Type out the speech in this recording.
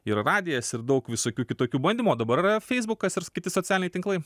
ir radijas ir daug visokių kitokių bandymų o dabar yra feisbukas ir kiti socialiniai tinklai